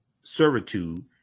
servitude